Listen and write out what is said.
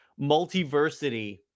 multiversity